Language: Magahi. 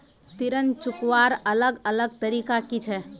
ऋण चुकवार अलग अलग तरीका कि छे?